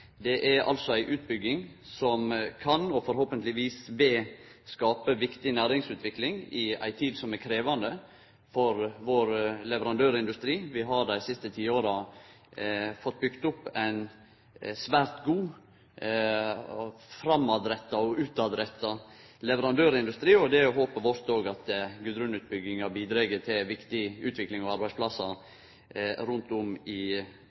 Det er altså ei utbygging som kan, og forhåpentlegvis vil, skape viktig næringsutvikling i ei tid som er krevjande for leverandørindustrien vår. Dei siste ti åra har vi fått bygd opp ein svært god, framtidsretta og utoverretta leverandørindustri, og det er håpet vårt at Gudrun-utbygginga òg bidreg til viktig utvikling av arbeidsplassar rundt om